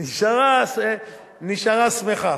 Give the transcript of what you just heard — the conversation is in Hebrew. נשארה שמחה.